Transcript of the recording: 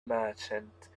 merchant